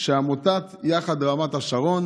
שעמותת יחד ברמת השרון